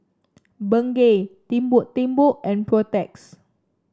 Bengay Timbuk Timbuk and Protex